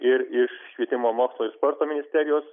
ir iš švietimo mokslo ir sporto ministerijos